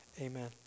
Amen